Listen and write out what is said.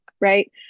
Right